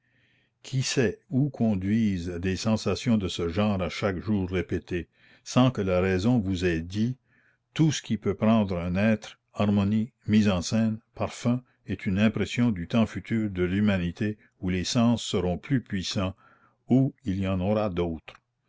qui sait où conduisent des sensations de ce genre à chaque jour répétées sans que la raison vous ait dit tout ce qui peut prendre un être harmonie mise en scène parfums est une impression du temps futur de l'humanité où les sens seront plus puissants où il y en aura d'autres